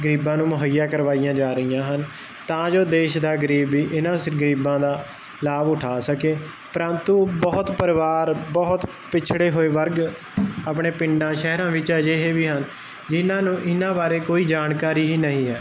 ਗਰੀਬਾਂ ਨੂੰ ਮੁੱਹਈਆਂ ਕਰਵਾਈਆਂ ਜਾ ਰਹੀਆਂ ਹਨ ਤਾਂ ਜੋ ਦੇਸ਼ ਦਾ ਗਰੀਬ ਵੀ ਇਹਨਾਂ ਗਰੀਬਾਂ ਦਾ ਲਾਭ ਉਠਾ ਸਕੇ ਪਰੰਤੂ ਬਹੁਤ ਪਰਿਵਾਰ ਬਹੁਤ ਪਿਛੜੇ ਹੋਏ ਵਰਗ ਆਪਣੇ ਪਿੰਡਾਂ ਸ਼ਹਿਰਾਂ ਵਿੱਚ ਅਜਿਹੇ ਵੀ ਹਨ ਜਿਹਨਾਂ ਨੂੰ ਇਹਨਾਂ ਬਾਰੇ ਕੋਈ ਜਾਣਕਾਰੀ ਹੀ ਨਹੀਂ ਹੈ